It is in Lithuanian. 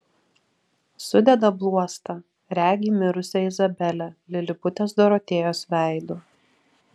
sudeda bluostą regi mirusią izabelę liliputės dorotėjos veidu